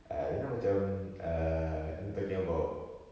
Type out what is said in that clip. ah you know macam err you know talking about